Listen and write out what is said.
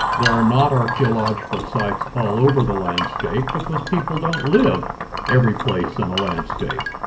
there are not archeological sites all over the landscape, because people don't live everyplace in a landscape.